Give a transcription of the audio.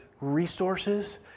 resources